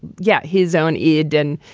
yeah. his own. it didn't.